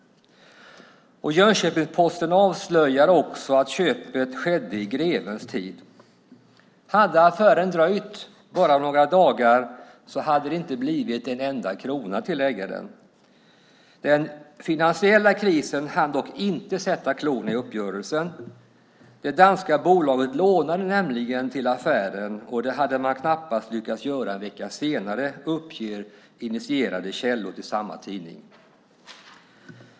Jönköpings-Posten avslöjar också att köpet skedde i grevens tid. Hade affären dröjt bara några dagar hade det inte blivit en enda krona till ägaren. Den finansiella krisen hann dock inte sätta klorna i uppgörelsen. Det danska bolaget lånade nämligen till affären, och det hade man knappast lyckats göra en vecka senare, uppger initierade källor till samma tidning.